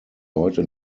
heute